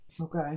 Okay